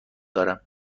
دارم